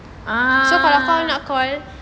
a'ah